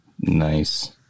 Nice